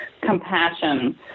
compassion